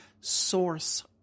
source